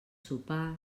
sopars